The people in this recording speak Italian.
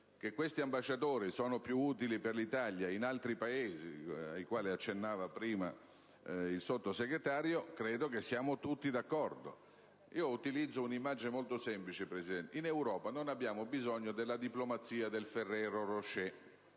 che questi sono più utili per l'Italia in altri Paesi, ai quali accennava prima il Sottosegretario, credo siamo tutti d'accordo. Utilizzo un'immagine molto semplice, Presidente: in Europa non abbiamo bisogno della diplomazia del Ferrero Rocher,